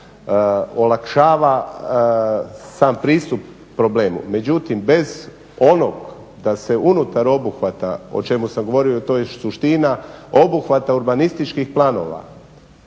olakšava sam pristup problemu. Međutim, bez onog da se unutar obuhvata, o čemu sam govorio a to je suština obuhvata urbanističkih planova